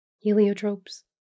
heliotropes